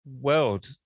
world